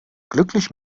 glücklich